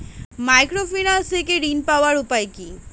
Microfinance থেকে ঋণ পাওয়ার উপায় কি?